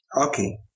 Okay